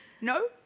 No